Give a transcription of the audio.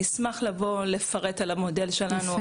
נשמח לבוא לפרט על המודל שלנו,